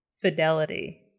fidelity